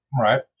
right